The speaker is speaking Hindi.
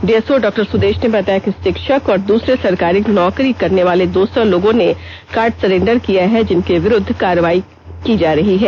डीएसओ डॉ सुदेश ने बताया कि शिक्षक और दूसरे सरकारी नौकरी करने वाले दो सौ लोगों ने कार्ड सरेंडर किया है जिनके विरुद्व विभागीय कार्रवाई की जा रही है